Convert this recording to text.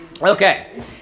Okay